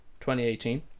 2018